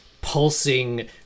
pulsing